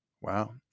Wow